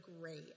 great